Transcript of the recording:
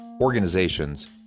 organizations